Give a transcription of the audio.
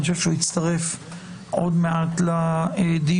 אני חושב שהוא יצטרף עוד מעט לדיון.